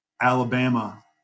Alabama